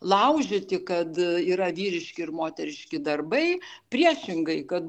laužyti kad yra vyriški ir moteriški darbai priešingai kad